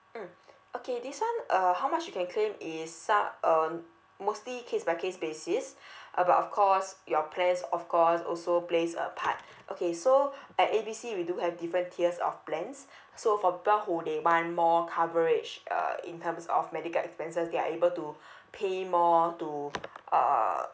mm okay this one uh how much you can claim is s~ uh mostly case by case basis uh but of course your plans of course also plays a part okay so at A B C we do have different tiers of plans so for people who they want more coverage uh in terms of medical expenses they are able to pay more to uh